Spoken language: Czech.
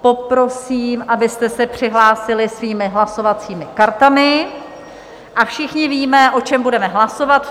Poprosím, abyste se přihlásili svými hlasovacími kartami, a všichni víme, o čem budeme hlasovat.